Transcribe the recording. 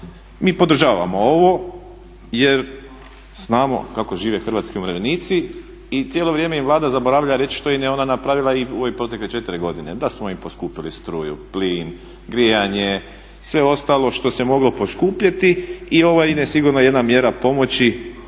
mi podržavamo ovo jer znamo kako žive hrvatski umirovljenici i cijelo vrijeme im Vlada zaboravlja reći što im je ona napravila u ove protekle 4 godine. Da smo im poskupili struju, plin, grijanje, sve ostalo što se moglo poskupjeti i ova ide sigurno jedna mjera pomoći